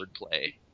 wordplay